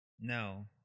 No